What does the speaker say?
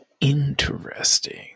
Interesting